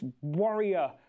warrior